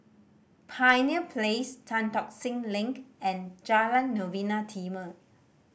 Pioneer Place Tan Tock Seng Link and Jalan Novena Timor